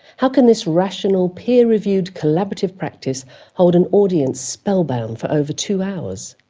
how can this rational peer-reviewed collaborative practice hold an audience spellbound for over two hours?